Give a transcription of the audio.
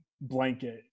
blanket